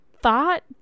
thought